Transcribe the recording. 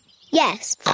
Yes